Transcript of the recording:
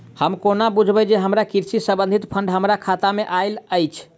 हम कोना बुझबै जे हमरा कृषि संबंधित फंड हम्मर खाता मे आइल अछि?